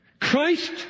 Christ